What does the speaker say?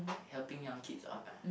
helping young kids uh uh